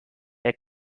der